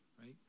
right